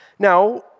Now